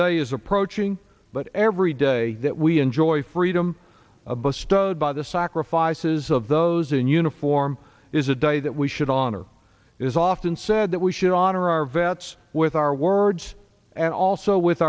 day is approaching but every day that we enjoy freedom above stowed by the sacrifices of those in uniform is a day that we should on or is often said that we should honor our vets with our words and also with